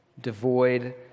devoid